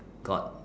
got